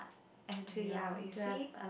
!aiyo! you see